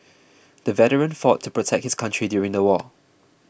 the veteran fought to protect his country during the war